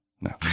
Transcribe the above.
no